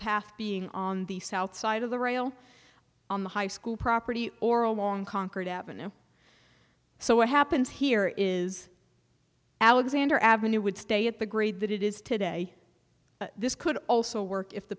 path being on the south side of the rail on the high school property or along concord ave so what happens here is alexander avenue would stay at the grade that it is today this could also work if the